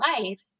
life